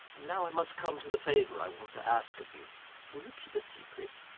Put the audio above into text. and now i must come to the favour i want to ask of you can you keep a secret?